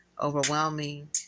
overwhelming